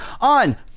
On